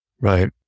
Right